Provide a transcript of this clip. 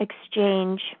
exchange